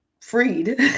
freed